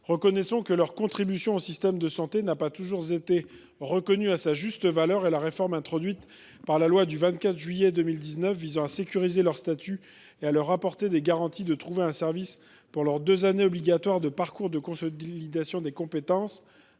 Reconnaissons que leur contribution au système de santé n’a pas toujours été reconnue à sa juste valeur, et la réforme introduite par la loi du 24 juillet 2019 visant à sécuriser leur statut et à leur apporter des garanties relatives aux deux années obligatoires de parcours de consolidation des compétences